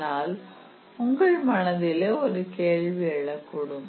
ஆனால் உங்கள் மனதில் ஒரு கேள்வி எழக்கூடும்